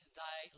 thy